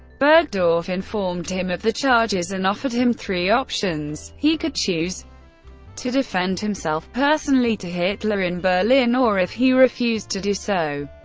burgdorf informed him of the charges and offered him three options he could choose to defend himself personally to hitler in berlin, or if he refused to do so,